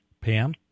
Pam